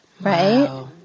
Right